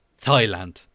Thailand